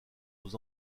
aux